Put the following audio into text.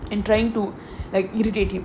and trying to act irritating